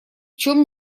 чем